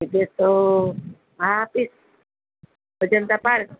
જે અજંતા પાર્ક